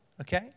okay